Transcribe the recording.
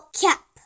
cap